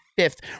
Fifth